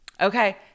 okay